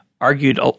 argued